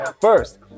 First